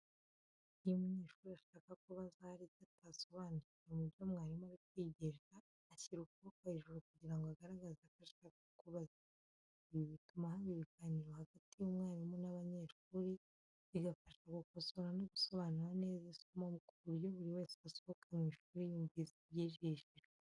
Iyo umunyeshuri ashaka kubaza hari icyo atasobanukiwe mubyo mwarimu ari kwigisha, ashyira ukuboko hejuru kugira ngo agaragaze ko ashaka kubaza. Ibi bituma haba ibiganiro hagati y'umwarimu n'abanyeshuri, bigafasha gukosora no gusobanura neza isomo ku buryo buri wese asohoka mu ishuri yumvise ibyigishijwe.